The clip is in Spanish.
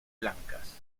blancas